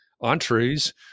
entrees